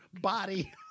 body